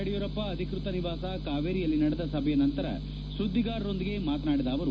ಯಡಿಯೂರಪ್ಪ ಅಧಿಕೃತ ನಿವಾಸ ಕಾವೇರಿಯಲ್ಲಿ ನಡೆದ ಸಭೆಯ ನಂತರ ಸುದ್ಗಿಗಾರರೊಂದಿಗೆ ಮಾತನಾಡಿದ ಅವರು